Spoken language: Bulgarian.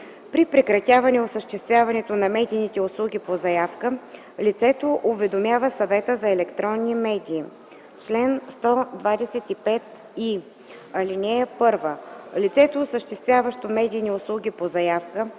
При прекратяване осъществяването на медийните услуги по заявка лицето уведомява Съвета за електронни медии. Чл. 125и. (1) Лицето, осъществяващо медийни услуги по заявка